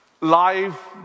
life